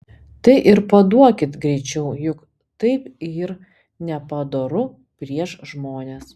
tai ir paduokit greičiau juk taip yr nepadoru prieš žmones